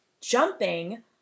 jumping